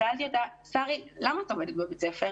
שאלתי אותה, שרי, למה את עובדת בבית ספר?